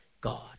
God